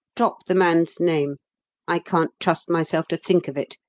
drop the man's name i can't trust myself to think of it.